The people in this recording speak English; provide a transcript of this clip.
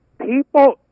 people